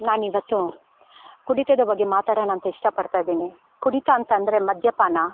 ನಾನಿವತ್ತು ಕುಡಿತದ ಬಗ್ಗೆ ಮಾತಾಡೋಣ ಅಂತ ಇಷ್ಟಪಡ್ತಾ ಇದ್ದೀನಿ ಕುಡಿತ ಅಂತಂದರೆ ಮದ್ಯಪಾನ